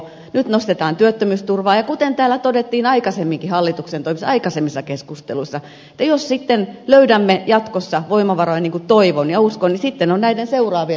nyt nostetaan työttömyysturvaa ja kuten täällä todettiin aikaisemmin hallituksen toimesta aikaisemmissa keskusteluissa että jos sitten löydämme jatkossa voimavaroja niin kuin toivon ja uskon niin sitten on näiden seuraavien vuoro